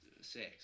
six